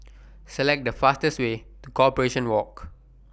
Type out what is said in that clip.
Select The fastest Way to Corporation Walk